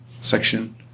section